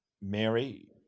mary